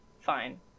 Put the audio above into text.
fine